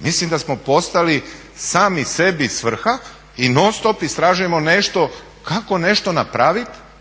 Mislim da smo postali sami sebi svrha i non-stop istražujemo nešto kako nešto napravit